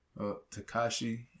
Takashi